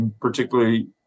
particularly